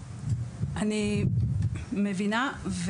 אני מבינה.